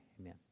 Amen